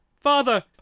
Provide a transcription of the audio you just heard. Father